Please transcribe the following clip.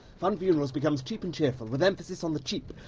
funn funerals becomes cheap and cheerful, with emphasis on the cheap.